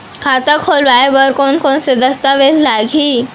खाता खोलवाय बर कोन कोन से दस्तावेज लागही?